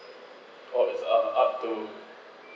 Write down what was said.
oh it's up up to